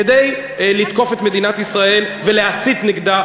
כדי לתקוף את מדינת ישראל ולהסית נגדה,